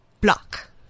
block